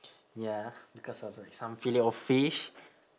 ya because of like some filet-O-fish